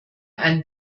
einen